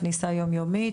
כניסה יום יומית.